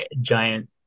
Giant